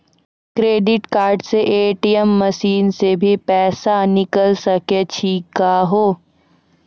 Credit card से ATM machine से भी पैसा निकल सकै छि का हो?